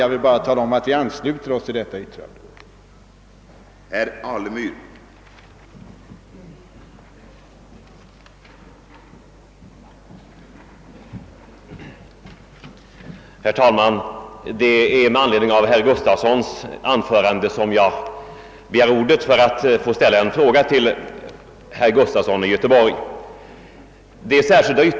Jag vill nu bara tala om att vi ansluter oss till detta särskilda yttrande.